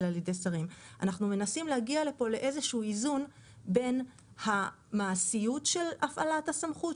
אנחנו מנסים להגיע פה לאיזשהו איזון בין המעשיות של הפעלת הסמכות,